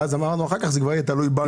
ואז אמרנו, אחר כך זה כבר יהיה תלוי בנו.